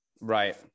Right